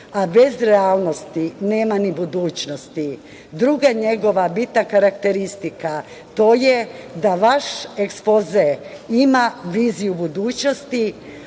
a bez realnosti nema ni budućnosti. Druga njegova bitna karakteristika je to da vaš ekspoze ima viziju budućnosti,